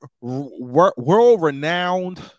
world-renowned